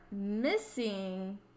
missing